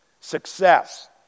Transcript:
Success